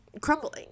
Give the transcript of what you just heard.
crumbling